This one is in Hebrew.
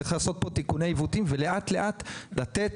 צריך לעשות פה תיקוני עיוותים ולאט לאט לתת